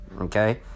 Okay